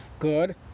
Good